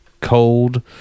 cold